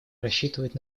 рассчитывает